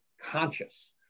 conscious